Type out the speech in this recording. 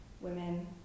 women